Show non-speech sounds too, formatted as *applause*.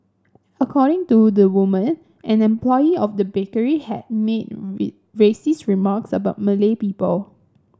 according to the woman an employee of the bakery had made *unintelligible* racist remarks about Malay people